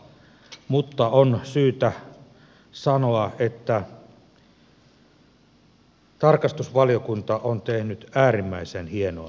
mutta on syytä sanoa että tarkastusvaliokunta on tehnyt äärimmäisen hienoa työtä